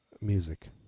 music